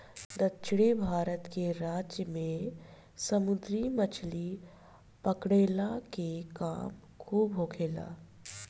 दक्षिण भारत के राज्य में समुंदरी मछली पकड़ला के काम खूब होखेला